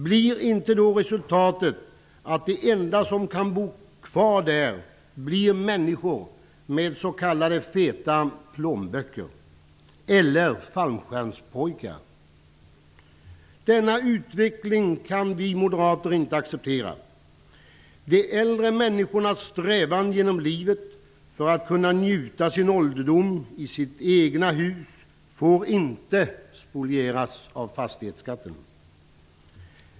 Blir inte resultatet då att de enda som kan bo kvar där är människor med s.k. feta plånböcker eller fallskärmspojkar. Denna utveckling kan vi moderater inte acceptera. De äldre människornas strävan genom livet för att kunna njuta sin ålderdom i sina egna hus får inte spolieras av fastighetsskatten.